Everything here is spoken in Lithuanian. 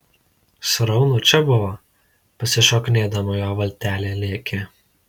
sraunu čia buvo pasišokinėdama jo valtelė lėkė